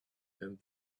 and